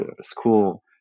school